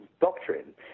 doctrine